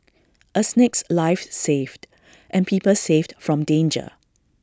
A snake's life saved and people saved from danger